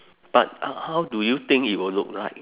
but how do you think it will look like